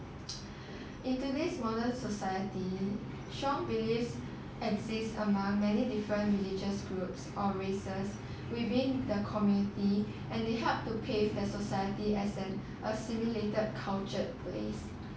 in today's modern society strong beliefs exist among many different religious groups or races within the community and they helped to pave the society as an assimilated culture place